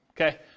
okay